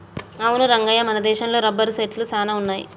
అవును రంగయ్య మన దేశంలో రబ్బరు సెట్లు సాన వున్నాయి